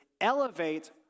elevate